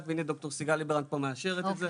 והינה ד"ר סיגל ליברנט פה מאשרת את זה.